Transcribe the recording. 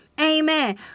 Amen